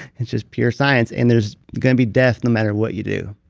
it's just pure science, and there's going to be death no matter what you do